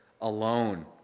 alone